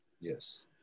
Yes